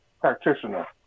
practitioner